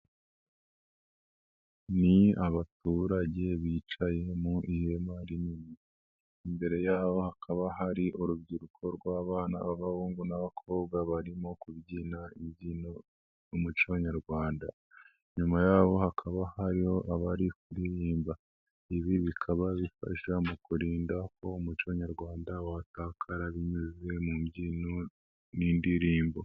Ni abaturage bicaye mu ihema rinini, imbere yabo hakaba hari urubyiruko rw'abana b'abahungu n'abakobwa barimo kubyina imbyino z'umuco nyarwanda, nyuma yaho hakaba hari abari kuririmba, ibi bikaba bifasha mu kurinda ko umuco nyarwanda watakara binyuze mu mbyino n'indirimbo.